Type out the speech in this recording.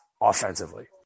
offensively